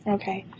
and okay,